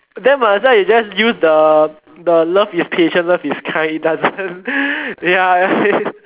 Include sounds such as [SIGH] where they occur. then might as well you just use the the love is patient love is kind it doesn't [BREATH] ya